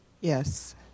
Yes